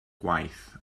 gwaith